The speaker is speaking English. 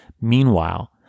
Meanwhile